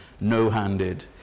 no-handed